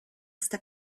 esta